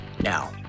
Now